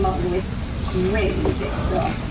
but with great music, so.